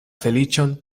feliĉon